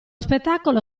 spettacolo